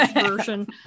version